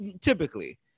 typically